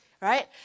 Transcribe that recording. right